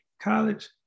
college